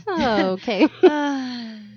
Okay